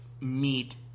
meet